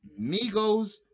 Migos